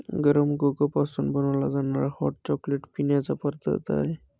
गरम कोको पासून बनवला जाणारा हॉट चॉकलेट पिण्याचा पदार्थ आहे